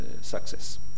success